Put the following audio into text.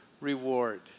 reward